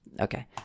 Okay